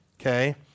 okay